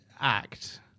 act